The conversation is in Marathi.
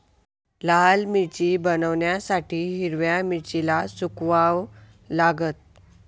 लाल मिरची बनवण्यासाठी हिरव्या मिरचीला सुकवाव लागतं